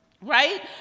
right